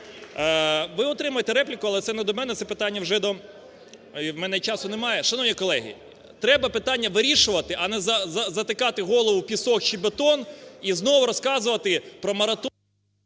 Ви отримаєте репліку, але це не до мене, це питання вже до… в мене часу немає. Шановні колеги, треба питання вирішувати, а не затикати голову в пісок чи бетон і знову розказувати про мораторій…